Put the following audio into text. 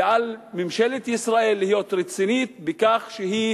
ועל ממשלת ישראל להיות רצינית בכך שהיא